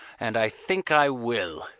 and i think i will.